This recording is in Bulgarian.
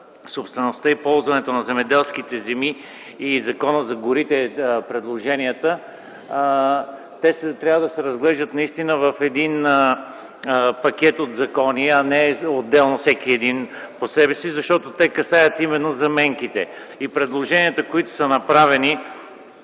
собствеността и ползването на земеделските земи и Закона за горите, те трябва да се разглеждат наистина в един пакет от закони, а не отделно всеки един за себе си, защото те касаят именно заменките. Предложенията, които са направени